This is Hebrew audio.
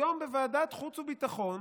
והיום, היום בוועדת החוץ והביטחון